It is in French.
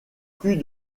plus